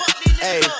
hey